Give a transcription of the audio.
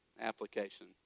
application